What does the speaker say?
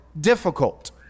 difficult